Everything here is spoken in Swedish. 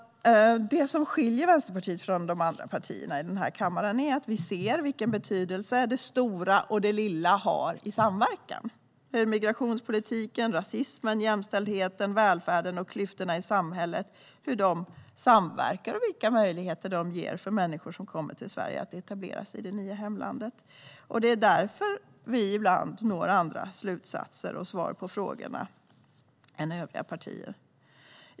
Det som skiljer Vänsterpartiet från de andra partierna i den här kammaren är att vi ser vilken betydelse det stora och det lilla har i samverkan, hur migrationspolitiken, rasismen, jämställdheten, välfärden och klyftorna i samhället samverkar när det gäller möjligheten för människor som kommer till Sverige att etablera sig i det nya hemlandet. Det är därför vi ibland når andra slutsatser och svar på frågorna än övriga partier.